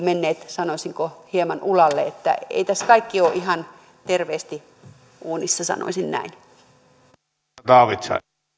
menneet sanoisinko hieman ulalle että ei tässä kaikki ole ihan terveesti uunissa sanoisin näin